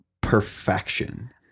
perfection